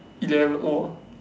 eleven !whoa!